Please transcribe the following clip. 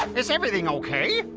is everything okay?